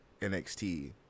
NXT